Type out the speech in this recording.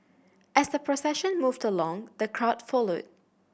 as the procession moved along the crowd followed